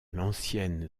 l’ancienne